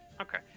okay